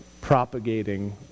propagating